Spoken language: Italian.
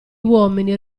uomini